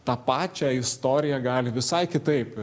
tą pačią istoriją gali visai kitaip